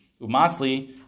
Umasli